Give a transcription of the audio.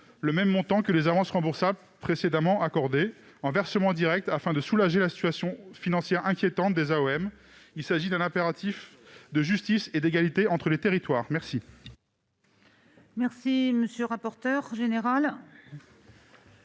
le même montant que les avances remboursables précédemment accordées -afin de soulager la situation financière inquiétante des AOM. Cela répondrait à un impératif de justice et d'égalité entre les territoires. Quel